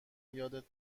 یادت